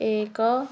ଏକ